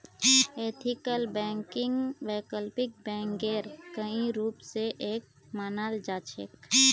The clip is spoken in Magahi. एथिकल बैंकिंगक वैकल्पिक बैंकिंगेर कई रूप स एक मानाल जा छेक